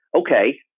Okay